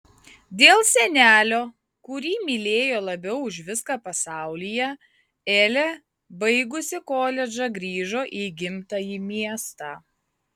dėl senelio kurį mylėjo labiau už viską pasaulyje elė baigusi koledžą grįžo į gimtąjį miestą